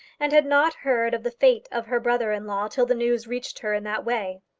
and had not heard of the fate of her brother-in-law till the news reached her in that way.